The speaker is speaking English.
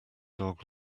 dog